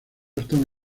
estaba